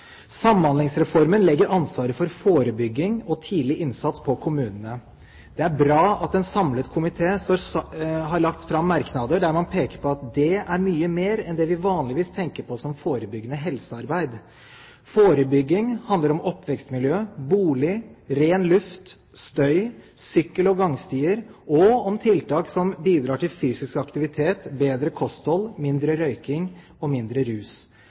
Samhandlingsreformen legger ansvaret for forebygging og tidlig innsats på kommunene. Det er bra at en samlet komité har lagt fram merknader der man peker på at det er mye mer enn det vi vanligvis tenker på som forebyggende helsearbeid. Forebygging handler om oppvekstmiljøet, bolig, ren luft, støy, sykkel- og gangstier, og om tiltak som bidrar til fysisk aktivitet, bedre kosthold, mindre røyking og mindre rus.